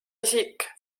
isik